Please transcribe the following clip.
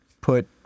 put